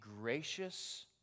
gracious